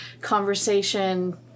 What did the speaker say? conversation